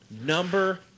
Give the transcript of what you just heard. Number